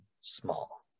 small